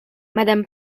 madame